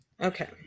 okay